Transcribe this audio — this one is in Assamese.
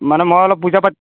মানে মই অলপ পূজা পাঠ